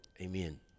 Amen